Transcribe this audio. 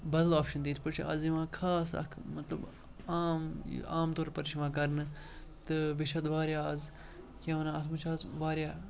بدل آپشَن تہِ یِتھ پٲٹھۍ چھِ اَز یِوان خاص اَکھ مطلب عام یہِ عام طور پر چھِ یِوان کَرنہٕ تہٕ بیٚیہِ چھِ اَتھ واریاہ اَز کینٛہہ وَنان اَتھ منٛز چھِ اَز واریاہ